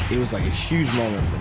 it was like a huge